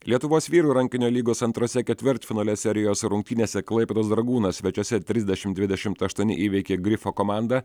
lietuvos vyrų rankinio lygos antrose ketvirtfinalio serijos rungtynėse klaipėdos dragūnas svečiuose trisadešimt dvidešimt aštuoni įveikė grifo komandą